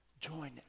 Join